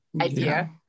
idea